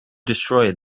destroy